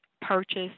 purchase